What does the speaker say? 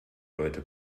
leute